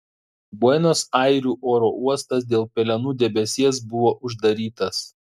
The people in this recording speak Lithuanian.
buenos airių oro uostas dėl pelenų debesies buvo uždarytas